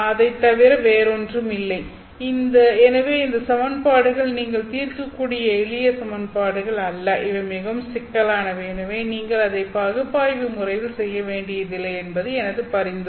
ஐத் தவிர வேறொன்றுமில்லை எனவே இந்த சமன்பாடுகள் நீங்கள் தீர்க்கக்கூடிய எளிய சமன்பாடுகள் அல்ல இவை மிகவும் சிக்கலானவை எனவே நீங்கள் அதை பகுப்பாய்வு முறையில் செய்ய வேண்டியதில்லை என்பது எனது பரிந்துரை